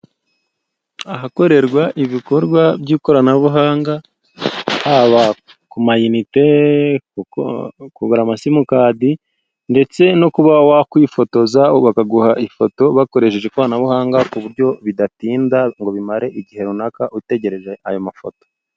Ahakorerwa ibikorwa by'ikoranabuhanga, haba ku mayinite kugura amasimukadi, ndetse no kuba wakwifotoza bakaguha ifoto bakoresheje ikoranabuhanga, ku buryo bidatinda ngo bimare igihe runaka utegereje ayo mafoto.